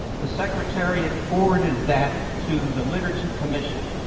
the secretariat forwarded that to the liturgy commission.